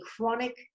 chronic